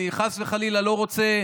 אני חס וחלילה לא רוצה,